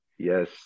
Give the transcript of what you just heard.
yes